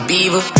Beaver